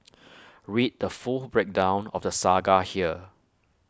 read the full breakdown of the saga here